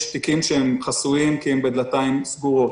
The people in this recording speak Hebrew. יש תיקים שהם חסויים כי הם בדלתיים סגורות,